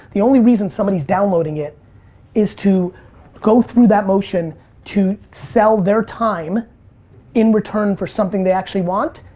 the only reason somebody's downloading it is to go through that motion to sell their time in return for something they actually want.